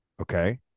Okay